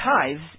tithes